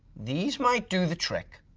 these might do the trick.